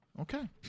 Okay